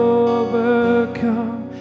overcome